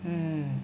mm